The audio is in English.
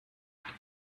wind